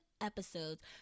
episodes